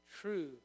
true